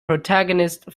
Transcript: protagonist